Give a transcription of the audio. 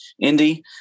Indy